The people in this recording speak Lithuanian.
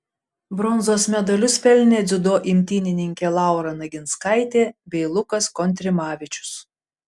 bronzos medalius pelnė dziudo imtynininkė laura naginskaitė bei lukas kontrimavičius